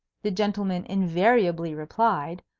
the gentleman invariably replied,